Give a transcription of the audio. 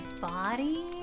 body